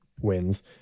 wins